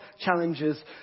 challenges